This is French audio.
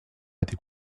était